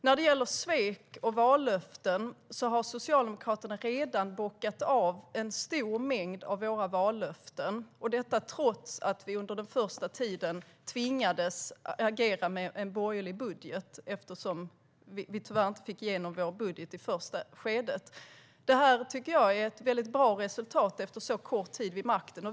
När det gäller svek och vallöften har vi socialdemokrater redan bockat av en stor mängd av våra vallöften - detta trots att vi under den första tiden tvingades att agera med en borgerlig budget, eftersom vi tyvärr inte fick igenom vår budget i första skedet. Det tycker jag är ett väldigt bra resultat efter en så kort tid vid makten.